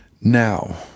Now